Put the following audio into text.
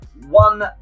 one